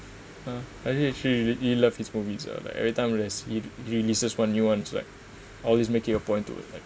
uh actually actually he loves his movies lah like everytime when I see him releases one new ones is like always make it a point to like